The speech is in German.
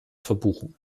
verbuchen